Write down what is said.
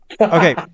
Okay